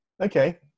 Okay